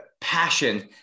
passion